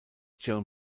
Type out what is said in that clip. joan